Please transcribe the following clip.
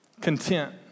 content